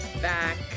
back